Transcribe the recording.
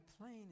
plane